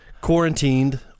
quarantined